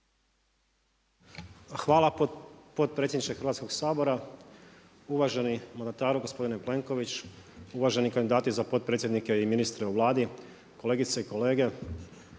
Hvala potpredsjedniče Hrvatskog sabora. Uvaženi mandataru gospodine Plenković, uvaženi kandidati za potpredsjednike i ministre u Vladi, kolegice i kolege